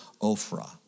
Ophrah